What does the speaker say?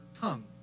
tongue